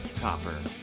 Copper